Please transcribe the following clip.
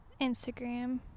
Instagram